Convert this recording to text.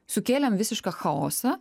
sukėlėm visišką chaosą